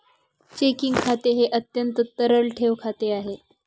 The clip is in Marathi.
चेकिंग खाते हे अत्यंत तरल ठेव खाते आहे